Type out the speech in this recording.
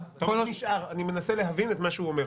אני מנסה להבין את מה שהוא אומר.